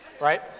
right